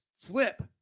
flip